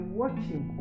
watching